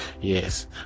yes